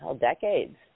decades